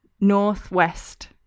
northwest